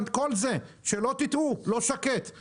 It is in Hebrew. שלא תטעו לא שקט,